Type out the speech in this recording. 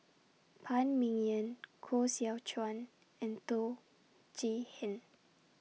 Phan Ming Yen Koh Seow Chuan and Teo Chee Hean